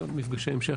יהיו עוד מפגשי המשך.